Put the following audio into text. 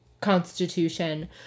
constitution